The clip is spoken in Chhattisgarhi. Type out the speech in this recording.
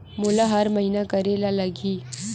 मोला हर महीना करे ल लगही?